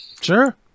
Sure